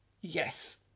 yes